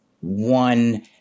One